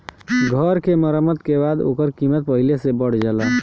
घर के मरम्मत के बाद ओकर कीमत पहिले से बढ़ जाला